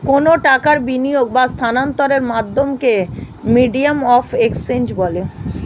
কোনো টাকার বিনিয়োগ বা স্থানান্তরের মাধ্যমকে মিডিয়াম অফ এক্সচেঞ্জ বলে